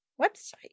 website